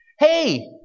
Hey